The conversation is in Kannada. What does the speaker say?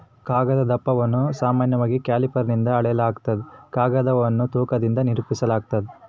ಕಾಗದದ ದಪ್ಪವನ್ನು ಸಾಮಾನ್ಯವಾಗಿ ಕ್ಯಾಲಿಪರ್ನಿಂದ ಅಳೆಯಲಾಗ್ತದ ಕಾಗದವನ್ನು ತೂಕದಿಂದ ನಿರೂಪಿಸಾಲಾಗ್ತದ